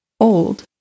Old